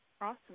Awesome